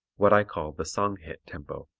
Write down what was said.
what i call the song-hit tempo.